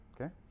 Okay